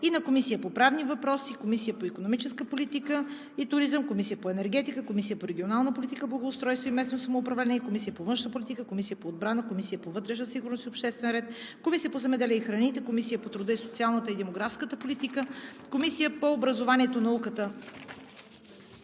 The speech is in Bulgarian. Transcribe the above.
и на Комисията по правни въпроси, Комисията по икономическа политика и туризъм, Комисията по енергетика, Комисията по регионална политика благоустройство и местно самоуправление, Комисията по външна политика, Комисията по отбрана, Комисията по вътрешна сигурност и обществен ред, Комисията по земеделието и храните, Комисията по труда, социалната и демографската политика, Комисията по образованието и науката,